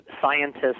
Scientists